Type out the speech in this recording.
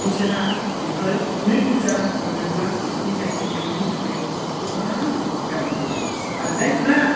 बिसोरहा बिफोर नैरोजा रांखो मोनोब्ला बिसोरनि गायनाय फुनायनि थाखाय गोबां हेल्पफुल आरो जायफ्रा